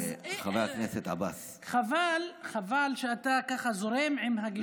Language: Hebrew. אז חבל שאתה כך זורם עם הגישה הזו.